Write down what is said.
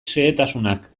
xehetasunak